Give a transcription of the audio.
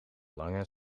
lange